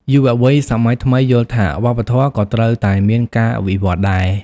យុវវ័យសម័យថ្មីយល់ថាវប្បធម៌ក៏ត្រូវតែមានការវិវឌ្ឍដែរ។